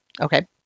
Okay